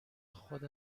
خود